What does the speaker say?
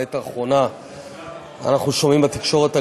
בעת האחרונה אנחנו שומעים בתקשורת על